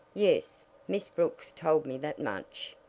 yes miss brooks told me that much.